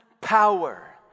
Power